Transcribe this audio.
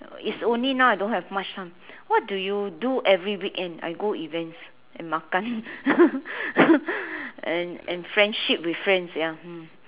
is only now I don't have much time what do you do every weekend I go events and makan and and friendship with friends ya